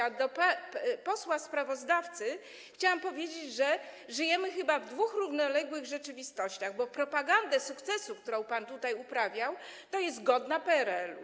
A posłowi sprawozdawcy chciałam powiedzieć, że żyjemy chyba w dwóch równoległych rzeczywistościach, bo propaganda sukcesu, którą pan tutaj uprawiał, jest godna PRL.